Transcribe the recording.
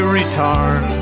return